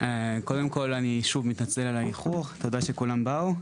קודם כל שוב אני מתנצל על האיחור, תודה שכולם באו.